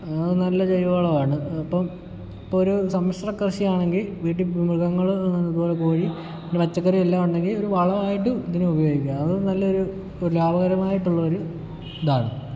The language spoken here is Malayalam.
ആ നല്ല ജൈവ വളമാണ് ഇപ്പം ഇപ്പം ഒരു സമ്മിശ്രകൃഷി ആണെങ്കിൽ വീട്ടിൽ മൃഗങ്ങൾ ഇത് പോലെ കോഴി പിന്നെ പച്ചക്കറി എല്ലാം ഉണ്ടെങ്കിൽ വളമായിട്ട് ഇതിന് ഉപയോഗിക്കാം അത് നല്ലൊരു ലാഭകരമായിട്ടുള്ളൊരു ഇതാണ്